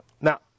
Now